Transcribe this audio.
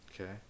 Okay